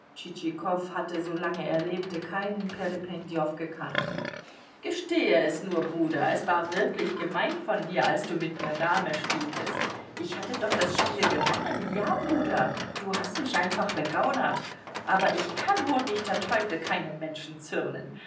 hatte solange er lebte keinen perependew gekannt gestehe es nur bruder es war wirklich gemein von dir als du mit mir dame spieltest ich hatte doch das spiel gewonnen ja bruder du hast mich einfach begaunert aber ich kann hol mich der teufel keinem menschen zürnen